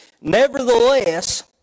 Nevertheless